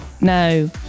no